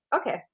okay